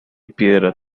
piedra